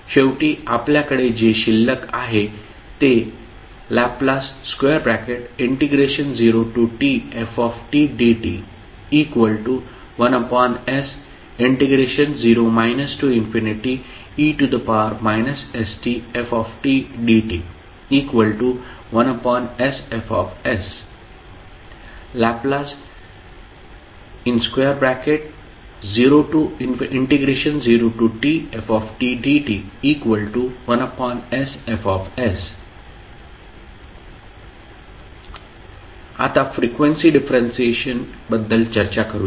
शेवटी आपल्याकडे जे शिल्लक आहे ते L0tftdt1s0 e stftdt1sFs L0tftdt 1sF आता फ्रिक्वेन्सी डिफरंशिएशन बद्दल चर्चा करूया